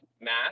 math